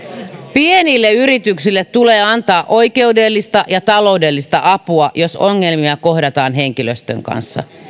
pienille yrityksille tulee antaa oikeudellista ja taloudellista apua jos ongelmia kohdataan henkilöstön kanssa